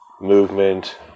movement